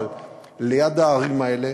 אבל ליד הערים האלה,